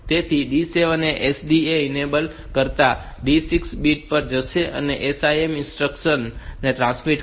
તેથી D 7 એ SDE ને ઇનેબલ કરતા d 6 બીટ પર જશે અને આ SIM ઇન્સ્ટ્રક્શન્સ તે ટ્રાન્સમિટ કરશે